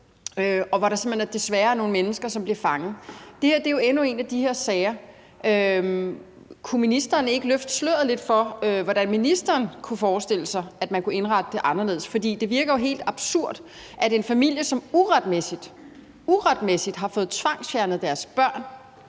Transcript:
desværre simpelt hen er nogle mennesker, som bliver fanget. Det her er jo endnu en af de her sager. Kunne ministeren ikke løfte sløret lidt for, hvordan ministeren kunne forestille sig man kunne indrette det anderledes? Det virker jo helt absurd, at en familie, som uretmæssigt, uretmæssigt, har fået tvangsfjernet deres børn,